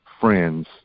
friends